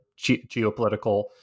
geopolitical